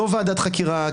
לא ועדת חקירה,